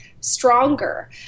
stronger